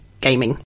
gaming